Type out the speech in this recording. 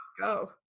go